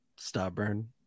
stubborn